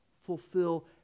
fulfill